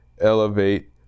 elevate